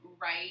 right